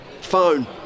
phone